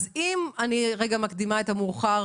אם אני רגע מקדימה את המאוחר,